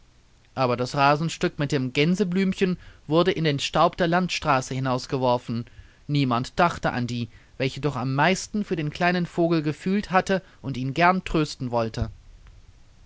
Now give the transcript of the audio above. aber das rasenstück mit dem gänseblümchen wurde in den staub der landstraße hinausgeworfen niemand dachte an die welche doch am meisten für den kleinen vogel gefühlt hatte und ihn gern trösten wollte